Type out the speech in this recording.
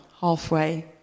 halfway